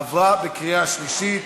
עברה בקריאה שלישית